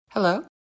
Hello